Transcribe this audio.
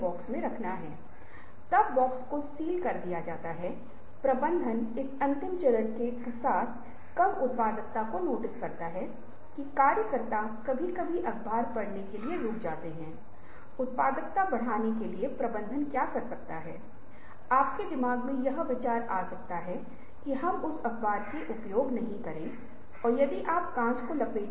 तो जाहिर है कुछ निश्चित धारणाएं थीं जो काम कर रही थीं और जो बहुत गहरी जड़ें से जुड़ी थीं क्योंकि अगर हम चीजों को देखते हैं चीजें हमारे चारों ओर घूमती हुई प्रतीत होती हैं बल्कि नाही और जब इन धारणाओं को दूर फेंक दिया गया तब हम ब्रह्मांडज के एक सूर्य केंद्रित अवधारणा की ओर बढ़ने लगे